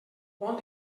bon